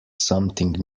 something